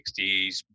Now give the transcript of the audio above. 60s